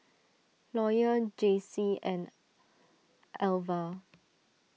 Lawyer Jaycie and Alvah